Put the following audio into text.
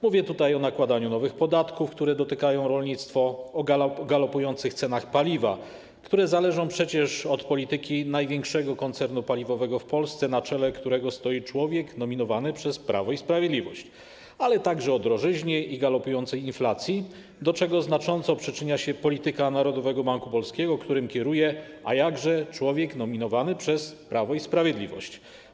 Mówię tutaj o nakładaniu nowych podatków, które dotykają rolnictwo, o galopujących cenach paliwa, które zależą przecież od polityki największego koncernu paliwowego w Polsce, na którego czele stoi człowiek nominowany przez Prawo i Sprawiedliwość, ale także o drożyźnie i galopującej inflacji, do czego znacząco przyczynia się polityka Narodowego Banku Polskiego, którym kieruje, a jakże, człowiek nominowany przez Prawo i Sprawiedliwość.